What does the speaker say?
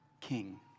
king